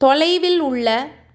தொலைவில் உள்ள